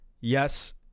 yes